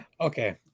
okay